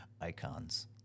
Icons